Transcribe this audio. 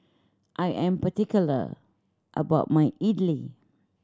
I am particular about my idly